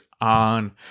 on